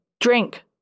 drink